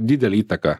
didelę įtaką